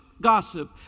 gossip